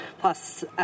plus